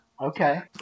Okay